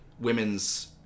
women's